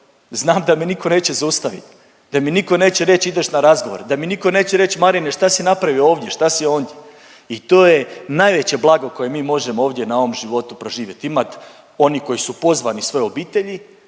znam da me nitko neće zaustavit, da mi niko neće reć ideš na razgovor, da mi niko neće reć Marine šta si napravio ovdje, šta si ondje i to je najveće blago koje mi možemo ovdje na ovom životu proživjet, imat oni koji su pozvani svojoj obitelji,